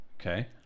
Okay